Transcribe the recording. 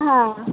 हां